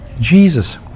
Jesus